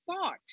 thought